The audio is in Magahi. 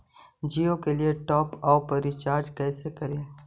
जियो के लिए टॉप अप रिचार्ज़ कैसे करी?